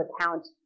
account